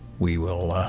we will